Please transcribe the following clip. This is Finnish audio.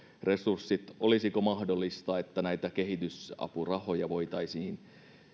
resurssit olisiko mahdollista että näitä kehitysapurahoja voitaisiin